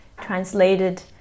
translated